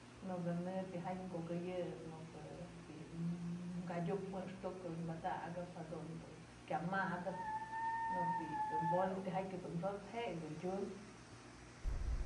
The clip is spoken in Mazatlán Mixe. Në ko'o në tijatyë kukëyëp, në ko'o bi'i kadyuk jëxtuk batakëp jadun dun kya madëp ne ko'o bi'i bolis tyjatyë dun xot'sëp je'e dun tyumbë.